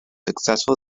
successful